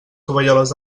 tovalloles